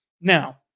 Now